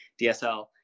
dsl